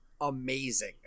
amazing